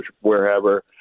wherever